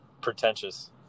pretentious